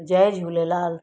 Jay Jhulelal